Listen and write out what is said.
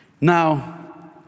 Now